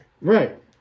Right